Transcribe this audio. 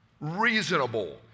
Reasonable